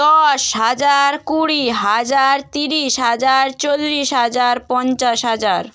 দশ হাজার কুড়ি হাজার ত্রিশ হাজার চল্লিশ হাজার পঞ্চাশ হাজার